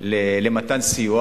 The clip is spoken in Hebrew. למתן סיוע.